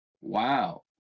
wow